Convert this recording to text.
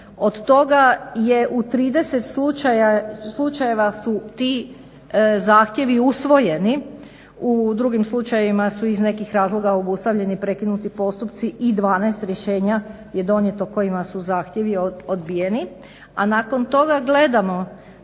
od toga u 30 slučajeva su ti zahtjevi usvojeni, u drugim slučajevima su iz nekih razloga obustavljeni, prekinuti postupci i 12 rješenja je donijeto kojima su zahtjevi odbijeni, a nakon toga gledamo